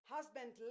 Husband